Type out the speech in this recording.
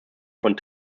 von